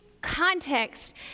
context